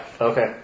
Okay